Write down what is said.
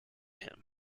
him